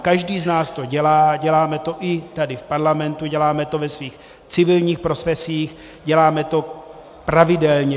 Každý z nás to dělá, děláme to i tady v parlamentu, děláme to ve svých civilních profesích, děláme to pravidelně.